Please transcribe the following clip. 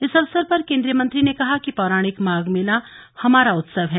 इस अवसर पर केंद्रीय मंत्री ने कहा कि पौराणिक माघ मेला हमारा उत्सव है